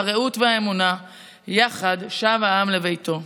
הרעות והאמונה שב העם יחד לביתו.